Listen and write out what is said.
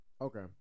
Okay